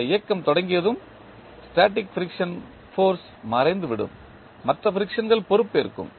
இந்த இயக்கம் தொடங்கியதும் ஸ்டேட்டிக் ஃபிரிக்சனல் ஃபோர்ஸ் மறைந்துவிடும் மற்ற ஃபிரிக்சன்கள் பொறுப்பேற்கும்